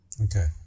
Okay